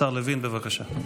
השר לוין, בבקשה.